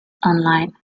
online